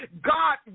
God